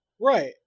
Right